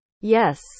Yes